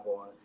on